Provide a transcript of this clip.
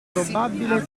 probabile